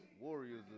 Warriors